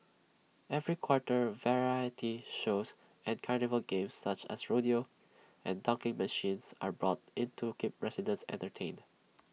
every quarter variety shows and carnival games such as rodeo and dunking machines are brought in to keep residents entertained